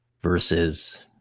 versus